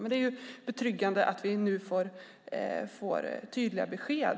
Men det är betryggande att vi nu får tydliga besked.